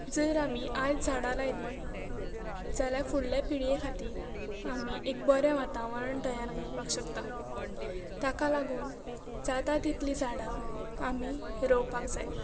जर आमी आयज झाडां लायली जाल्यार फुडल्या पिळये खातीर आमी एक बरें वातावरण तयार करपाक शकता ताका लागून जाता तितली झाडां आमी रोवपाक जाय